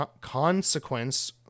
Consequence